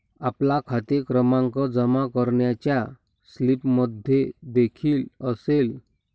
आपला खाते क्रमांक जमा करण्याच्या स्लिपमध्येदेखील असेल